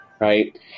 right